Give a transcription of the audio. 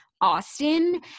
Austin